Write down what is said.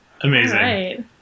Amazing